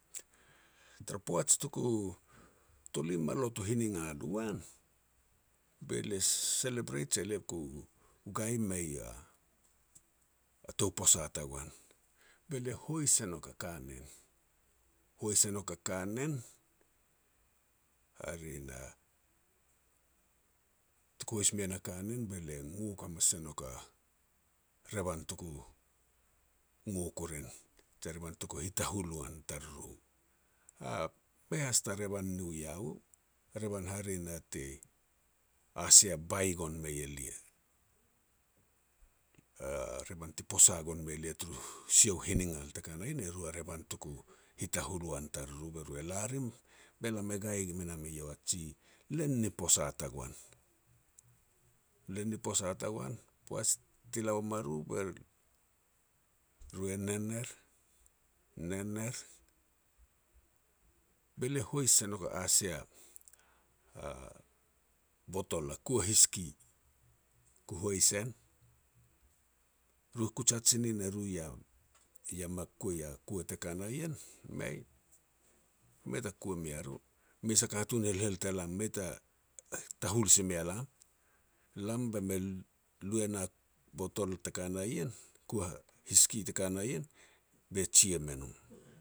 Tara poaj taku tolim malot hiningal u wan be lia celebrate, je lia ku gai mei a tou posa tagoan, be lia hois e nouk a kanen. Hois e nouk a kanen hare na tuku hois mean a kanen, be lia ngok hamas e nouk a revan tuku ngok o ren je revan tuku nitahul uan i tariru. Mei has ta revan nu iah u, revan hare na ti a sia bai gon mei elia. A revan ti posa gon me lia turu sia u hiningal te ka na ien e ru a revan tuku nitahul wan i tariru be ru e la rim be lam e gai me nam eiau a ji len ni posa tagoan. Len ni posa tagoan, poaj ti la ua ma ru be ru e nen er, nen er be lia hois se nok a-a sia botol a kua hiski, ku hois en. Ru kuj hat si nin e ru ia me kuai a kua te ka na ien, mei, mei ta kua mea ru. Mes a katun helhel te lam mei ta tahul si mea lam, lam be me lu e na botol te ka na en, kua hiski te ka na ien, be jia me no.